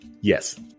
Yes